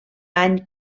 any